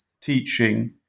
teaching